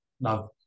No